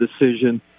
decision